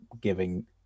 giving